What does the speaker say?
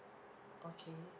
okay